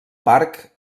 parc